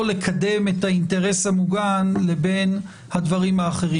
לקדם את האינטרס המוגן לבין הדברים האחרים.